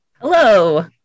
Hello